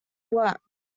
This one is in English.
work